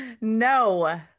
no